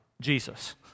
Jesus